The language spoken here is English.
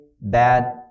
bad